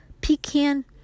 pecan